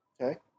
okay